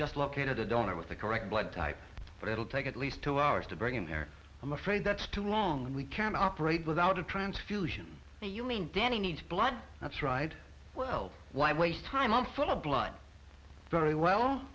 just located a donor with the correct blood type but it'll take at least two hours to bring him there i'm afraid that's too long we can operate without a transfusion you mean danny needs blood that's right well why waste time on foot a blunt very well